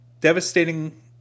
devastating